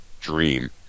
dream